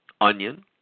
onion